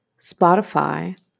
Spotify